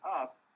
up